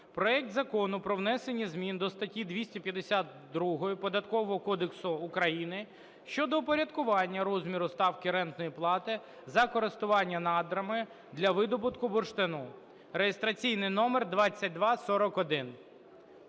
проект Закону про внесення зміни до статті 252 Податкового кодексу України щодо упорядкування розміру ставки рентної плати за користування надрами для видобування бурштину (реєстраційний номер 2241).